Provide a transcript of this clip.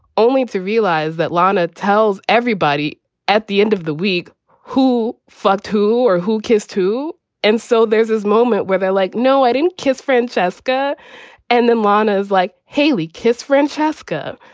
only to realize that lorna tells everybody at the end of the week who fucked who or who kissed who and so there's this moment where they're like, no, i didn't kiss francesca and then is like hayley, kiss francesca.